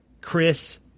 Chris